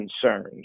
concerns